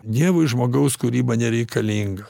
dievui žmogaus kūryba nereikalinga